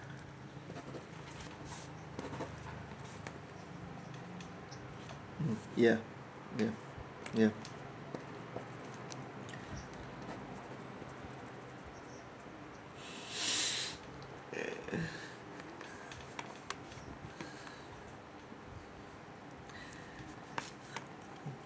mm ya ya ya